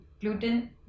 gluten